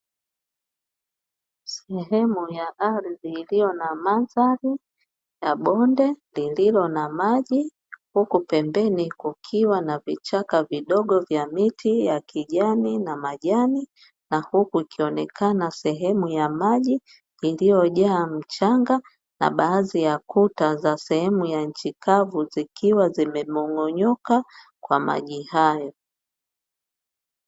Sehemu ya ardhi iliyo na mandhari ya bonde lililo na maji huku pembeni kukiwa na vichaka vidogo vya miti ya kijani na majani, na huku ikionekana sehemu ya maji iliyojaa mchanga na baadhi ya kuta za sehemu ya nchikavu zikiwa zimemong'onyoka kwa maji hayo.